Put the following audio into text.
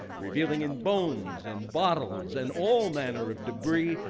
revealing in bones and bottles and all manner of debris,